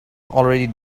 already